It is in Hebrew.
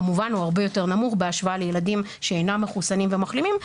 כמובן שהוא הרבה יותר נמוך בהשוואה לילדים שאינם מחוסנים ומחלימים,